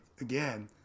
again